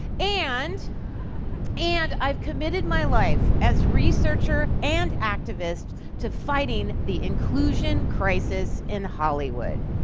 and and i've committed my life as researcher and activist to fighting the inclusion crisis in hollywood.